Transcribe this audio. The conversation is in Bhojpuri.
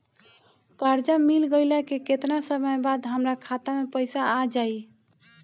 कर्जा मिल गईला के केतना समय बाद हमरा खाता मे पैसा आ जायी?